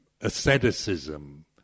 asceticism